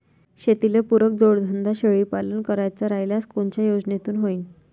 शेतीले पुरक जोडधंदा शेळीपालन करायचा राह्यल्यास कोनच्या योजनेतून होईन?